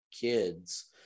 kids